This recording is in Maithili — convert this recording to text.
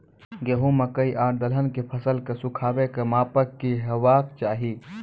गेहूँ, मकई आर दलहन के फसलक सुखाबैक मापक की हेवाक चाही?